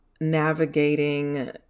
navigating